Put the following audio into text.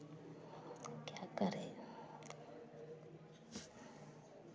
क्या कर